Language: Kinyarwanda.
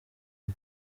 bwo